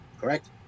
correct